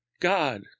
God